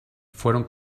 fueron